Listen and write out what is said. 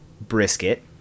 brisket